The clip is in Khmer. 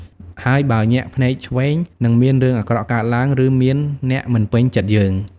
ហើយបើ ញាក់ភ្នែកឆ្វេង នឹងមានរឿងអាក្រក់កើតឡើង ឬមានអ្នកមិនពេញចិត្តយើង។